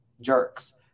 jerks